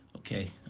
Okay